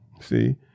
see